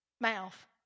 mouth